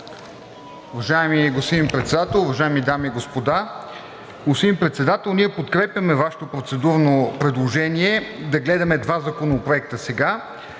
Уважаеми господин Председател, уважаеми дами и господа! Господин Председател, ние подкрепяме Вашето процедурно предложение да гледаме двата законопроекта сега,